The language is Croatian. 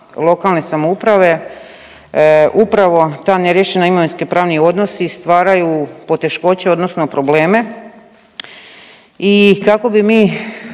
lokalne samouprave upravo ta neriješena imovinsko-pravni odnosi stvaraju poteškoće odnosno probleme i kako bi mi